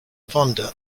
vonda